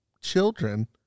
children